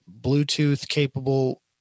Bluetooth-capable